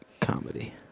Comedy